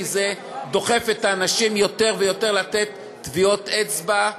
כי זה דוחף את האנשים יותר ויותר לתת טביעות אצבע,